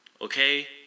okay